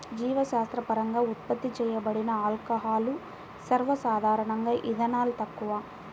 జీవశాస్త్రపరంగా ఉత్పత్తి చేయబడిన ఆల్కహాల్లు, సర్వసాధారణంగాఇథనాల్, తక్కువ